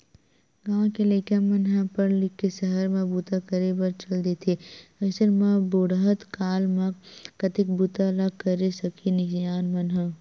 गाँव के लइका मन ह पड़ लिख के सहर म बूता करे बर चल देथे अइसन म बुड़हत काल म कतेक बूता ल करे सकही सियान मन ह